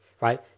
right